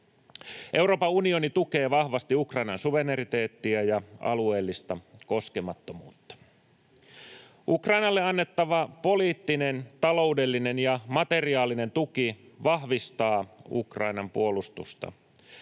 Euroopan unioni tukee vahvasti Ukrainan suvereniteettia ja alueellista koskemattomuutta. Ukrainalle annettava poliittinen, taloudellinen ja materiaalinen tuki vahvistaa Ukrainan puolustusta.